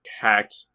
hacked